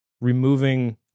removing